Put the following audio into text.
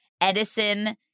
Edison